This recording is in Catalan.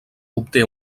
obté